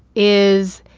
is